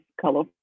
color